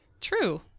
True